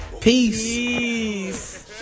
Peace